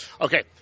Okay